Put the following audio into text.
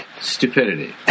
Stupidity